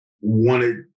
wanted